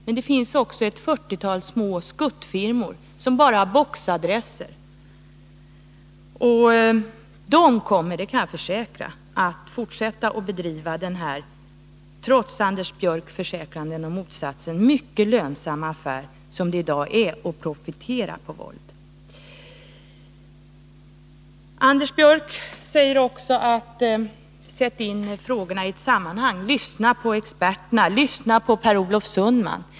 Men det finns också ett fyrtiotal små skuttfirmor som bara har en boxadress, och jag kan försäkra att de kommer att fortsätta att bedriva den mycket lönsamma affär som det i dag är att profitera på våld — trots Anders Björcks försäkringar om motsatsen. Anders Björck säger också: Sätt in frågorna i ett sammanhang, lyssna på experterna, lyssna på Per Olof Sundman!